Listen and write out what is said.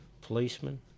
policemen